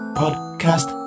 podcast